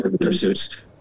pursuits